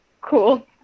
Cool